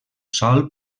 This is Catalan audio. sol